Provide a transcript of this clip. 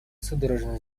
судорожно